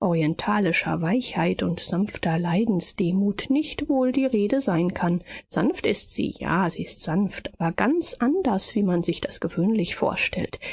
orientalischer weichheit und sanfter leidensdemut nicht wohl die rede sein kann sanft ist sie ja sie ist sanft aber ganz anders wie man sich das gewöhnlich vorstellt